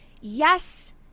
yes